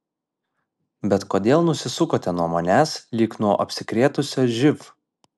bet kodėl nusisukote nuo manęs lyg nuo apsikrėtusio živ